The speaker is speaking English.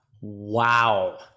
Wow